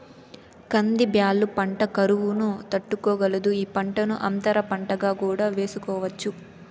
కంది బ్యాళ్ళ పంట కరువును తట్టుకోగలదు, ఈ పంటను అంతర పంటగా కూడా వేసుకోవచ్చు